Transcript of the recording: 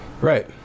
Right